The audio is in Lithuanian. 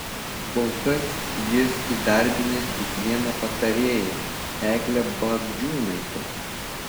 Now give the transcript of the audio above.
kol kas jis įdarbinęs tik vieną patarėją eglę bagdžiūnaitę